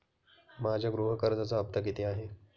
माझ्या गृह कर्जाचा हफ्ता किती आहे?